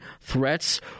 threats